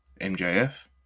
MJF